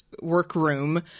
workroom